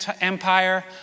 Empire